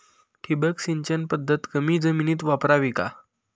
ठिबक सिंचन पद्धत कमी जमिनीत वापरावी का?